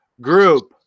Group